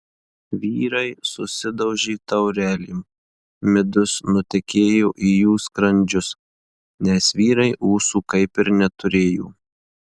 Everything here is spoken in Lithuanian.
vyrai susidaužė taurelėm midus nutekėjo į jų skrandžius nes vyrai ūsų kaip ir neturėjo